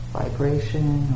vibration